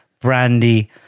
brandy